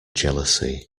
jealousy